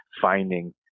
finding